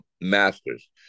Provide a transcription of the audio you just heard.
Masters